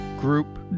Group